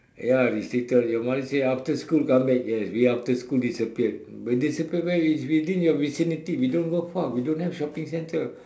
ya restricted your mother say after school come back yes we after school disappear we disappear where we within your vicinity we don't go far we don't have shopping centre